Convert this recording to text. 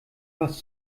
was